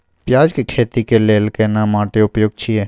पियाज के खेती के लेल केना माटी उपयुक्त छियै?